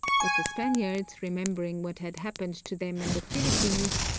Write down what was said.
but the spaniards, remembering what had happened to them in the philippines,